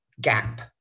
gap